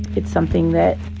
it's something that